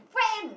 friend